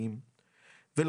אני